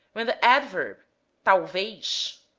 when the adverb talvez,